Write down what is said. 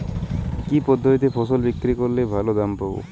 কি পদ্ধতিতে ফসল বিক্রি করলে ভালো দাম পাব?